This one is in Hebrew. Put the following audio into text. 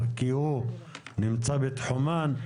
כי הוא נמצא בתחומן.